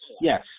Yes